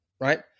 Right